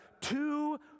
two